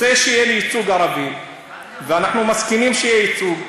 אני רוצה שיהיה לי ייצוג ערבי ואנחנו מסכימים שיהיה ייצוג,